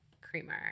creamer